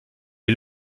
est